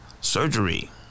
surgery